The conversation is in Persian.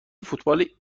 فوتبال